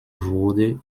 wurde